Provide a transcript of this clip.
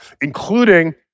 including